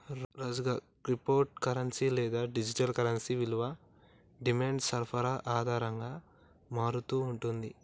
రాజుగా, crypto currency లేదా digital currency విలువ డిమాండ్ సరఫరా ఆధారంగా మారతా ఉంటుంది